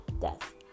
Death